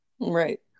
Right